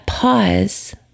pause